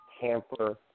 hamper